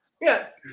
Yes